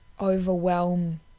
overwhelm